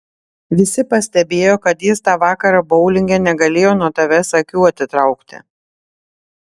visi pastebėjo kad jis tą vakarą boulinge negalėjo nuo tavęs akių atitraukti